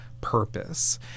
purpose